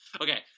Okay